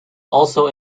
also